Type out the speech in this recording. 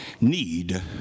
need